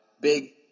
big